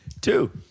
Two